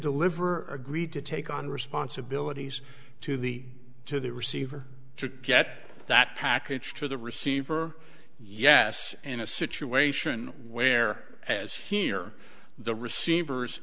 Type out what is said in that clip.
deliver agreed to take on responsibilities to the to the receiver to get that package to the receiver yes in a situation where as here the receivers